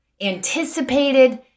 anticipated